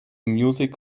music